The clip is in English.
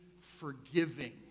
forgiving